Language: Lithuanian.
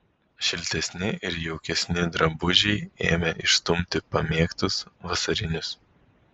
šiltesni ir jaukesni drabužiai ėmė išstumti pamėgtus vasarinius